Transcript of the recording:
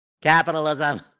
capitalism